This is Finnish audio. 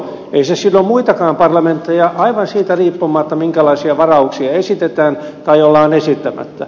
ei se sido muitakaan parlamentteja aivan siitä riippumatta minkälaisia varauksia esitetään tai ollaan esittämättä